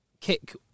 kick